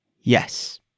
Yes